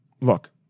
Look